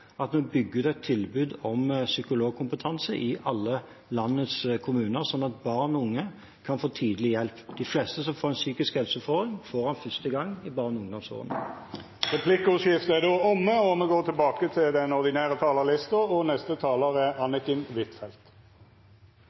at vi bygger et tilbud om psykologkompetanse i alle landets kommuner, slik at barn og unge kan få tidlig hjelp. De fleste som får en psykisk helseutfordring, får det første gang i barne- og ungdomsårene. Replikkordskiftet er omme. Det er bred enighet om hovedlinjene i norsk utenriks- og forsvarspolitikk. Det er